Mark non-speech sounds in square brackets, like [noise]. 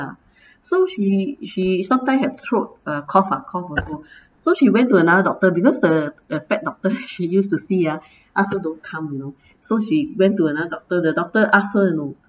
ya so she she sometimes had throat uh cough lah cough also so she went to another doctor because the bad doctor [laughs] she use to see ah ask her don't come you know so she went to another doctor the doctor ask her you know